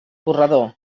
corredor